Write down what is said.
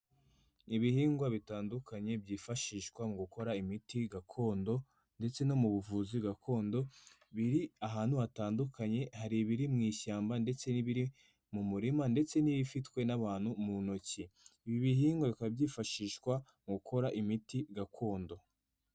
Ibihingwa bitandukanye byifashishwa mu gukora imiti gakondo, ndetse no mu buvuzi gakondo biri ahantu hatandukanye, hari ibiri mu ishyamba ndetse n'ibiri mu murima ndetse n'ibifitwe n'abantu mu ntoki. Ibi bihingwa bikaba byifashishwa mu gukora imiti gakondo.